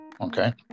okay